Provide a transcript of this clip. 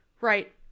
Right